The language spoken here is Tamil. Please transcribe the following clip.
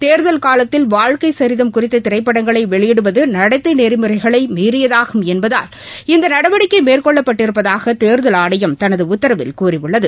தேர்தல் காலத்தில் வாழ்க்கை சரிதம் குறித்த திரைப்படங்களை வெளியிடுவது நடத்தை நெறிமுறைகளை மீறியதாகும் என்பதால் இந்த நடவடிக்கை மேற்கொள்ளப்பட்டிருப்பதாக தேர்தல் ஆணையம் தனது உத்தரவில் கூறியுள்ளது